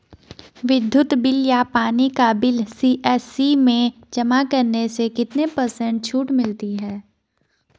विद्युत बिल या पानी का बिल सी.एस.सी में जमा करने से कितने पर्सेंट छूट मिलती है?